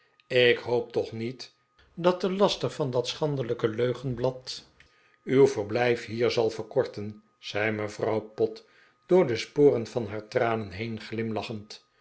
ik hoop toch niet dat de laster van dat schandelijke leugenblad uw verblijf hier zal verkorten zei mevrouw pott door de sporen van haar tranen